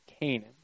Canaan